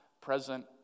present